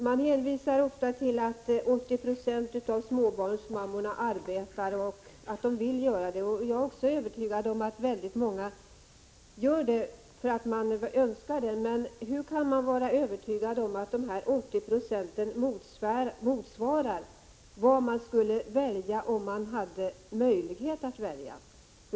Man hänvisar ofta till att 80 26 av småbarnsmammorna arbetar, och man säger att de vill göra det. Men hur kan man vara säker på att 80 90 av småbarnsmammorna skulle föredra att arbeta om de verkligen hade möjlighet att välja?